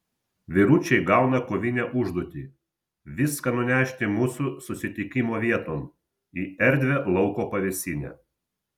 vyručiai gauna kovinę užduotį viską nunešti mūsų susitikimo vieton į erdvią lauko pavėsinę